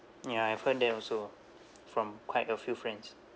ya I've heard that also from quite a few friends